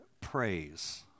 praise